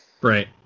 Right